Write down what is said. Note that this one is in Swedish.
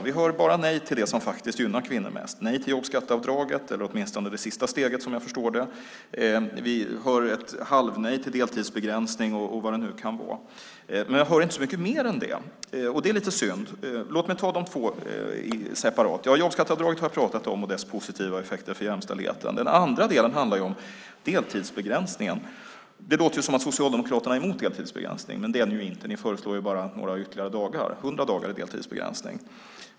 Vi hör bara nej till det som gynnar kvinnor mest. Det är nej till jobbskatteavdraget, eller åtminstone det sista steget, som jag förstår det. Vi hör ett halvnej till deltidsbegränsning och vad det nu kan vara. Men jag hör inte så mycket mer än det, och det är lite synd. Låt mig ta de två separat. Jobbskatteavdraget och dess positiva effekter för jämställdheten har jag pratat om. Den andra delen handlar om deltidsbegränsningen. Det låter som om Socialdemokraterna är emot deltidsbegränsning, men det är ni ju inte. Ni föreslår bara några ytterligare dagar - 100 dagar i deltidsbegränsning.